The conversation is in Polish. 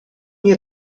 nie